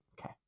Okay